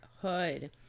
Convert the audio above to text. Hood